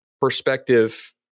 perspective